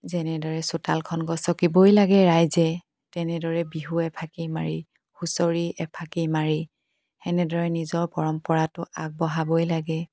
যেনেদৰে চোতালখন গছকিবই লাগে ৰাইজে তেনেদৰে বিহু এফাঁকি মাৰি হুঁচৰি এফাঁকি মাৰি সেনেদৰে নিজৰ পৰম্পৰাটো আগবঢ়াবই লাগে